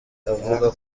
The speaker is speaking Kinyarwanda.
avuga